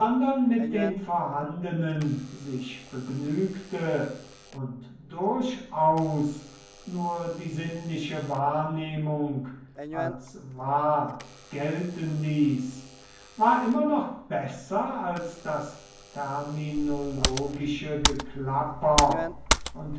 mit den vorhandenen sich begnügte und durchaus nur die sinnliche wahrnehmung als wahr gelten ließ war immer noch besser als das terminologische geklapper und